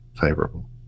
favorable